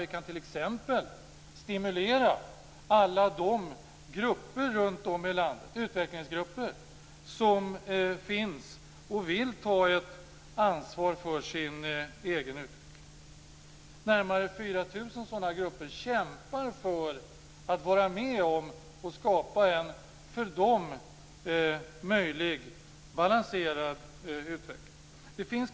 Vi kan t.ex. stimulera alla de utvecklingsgrupper som finns runt om i landet som vill ta ett ansvar för sin egen utveckling. Närmare 4 000 sådana grupper kämpar för att vara med om att skapa en för dem möjlig balanserad utveckling.